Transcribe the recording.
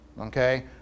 Okay